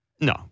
No